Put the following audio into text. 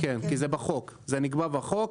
כן, כי זה נקבע בחוק.